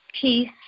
peace